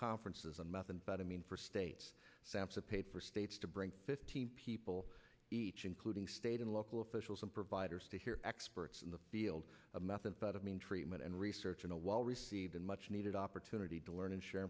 conferences and methamphetamine for states sansa paid for states to bring fifteen people each including state and local officials and providers to hear experts in the field of methamphetamine treatment and research on a well received and much needed opportunity to learn and share